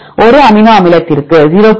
1 amino அமிலத்திற்கு 0